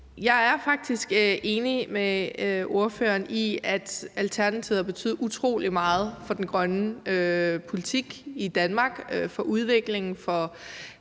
Jeg er faktisk enig med ordføreren i, at Alternativet har betydet utrolig meget for den grønne politik i Danmark, for udviklingen af